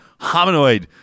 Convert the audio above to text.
Hominoid